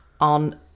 on